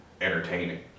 entertaining